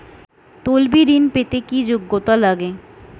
তলবি ঋন পেতে কি যোগ্যতা লাগে?